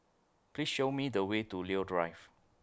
Please Show Me The Way to Leo Drive